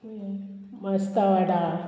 मेस्ता वाडा